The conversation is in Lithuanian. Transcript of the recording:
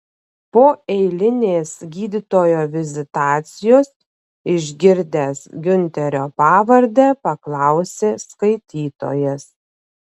po eilinės gydytojo vizitacijos išgirdęs giunterio pavardę paklausė skaitytojas